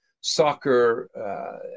soccer